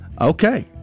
Okay